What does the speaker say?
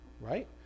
right